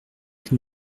que